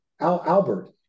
albert